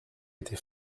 étais